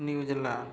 New Zealand